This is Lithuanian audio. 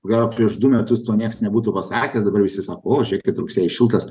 gal prieš du metus to nieks nebūtų pasakęs dabar visi sako o žiūrėkit rugsėjis šiltas